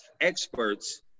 experts